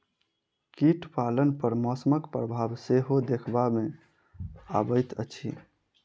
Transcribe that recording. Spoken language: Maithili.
कीट पालन पर मौसमक प्रभाव सेहो देखबा मे अबैत अछि